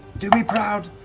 do me proud!